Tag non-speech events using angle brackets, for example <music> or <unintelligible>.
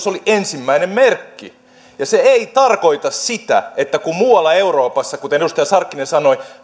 <unintelligible> oli ensimmäinen merkki se ei tarkoita sitä että kun muualla euroopassa kuten edustaja sarkkinen sanoi